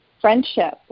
friendship